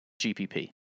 GPP